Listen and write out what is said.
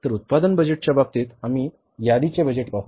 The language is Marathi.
तर उत्पादन बजेटच्या बाबतीत आम्ही यादीचे बजेट पाहू